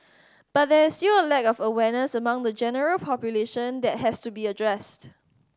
but there is still a lack of awareness among the general population that has to be addressed